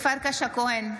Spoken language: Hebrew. הכהן,